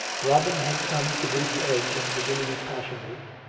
robin had come to booth's edge at the beginning of passion week,